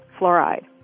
fluoride